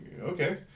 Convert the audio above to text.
okay